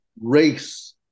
Race